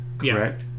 Correct